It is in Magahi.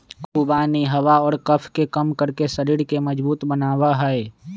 खुबानी हवा और कफ के कम करके शरीर के मजबूत बनवा हई